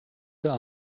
bitte